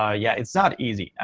ah yeah, it's not easy. ah